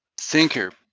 thinker